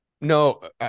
no